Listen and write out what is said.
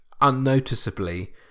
unnoticeably